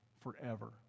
forever